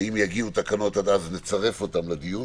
ואם יגיעו תקנות עד אז נצרף אותן לדיון.